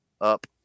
up